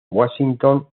washington